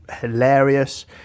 hilarious